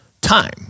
time